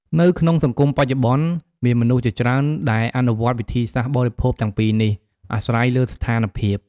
នៅក្នុងសង្គមបច្ចុប្បន្ន មានមនុស្សជាច្រើនដែលអនុវត្តវិធីសាស្ត្របរិភោគទាំងពីរនេះ អាស្រ័យលើស្ថានភាព។